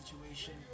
situation